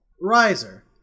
Riser